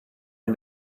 and